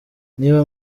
niba